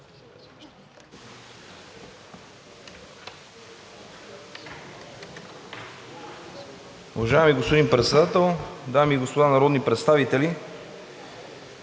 Уважаеми господин Председател, дами и господа народни представители!